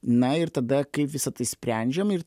na ir tada kai visa tai sprendžiam ir